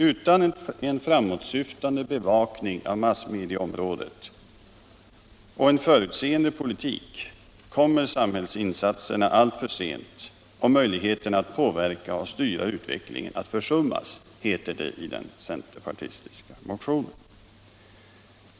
Utan en framåtsyftande bevakning av massmedieområdet och en förutseende politik kommer samhällsinsatserna alltför sent, och möjligheterna att påverka och styra utvecklingen försummas, heter det i den centerpartistiska motionen.